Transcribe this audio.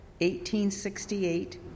1868